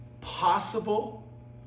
possible